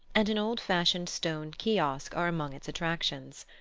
and an old fashioned stone kiosk are among its attractions.